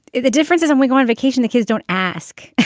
the the difference is when we go on vacation, the kids don't ask